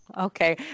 Okay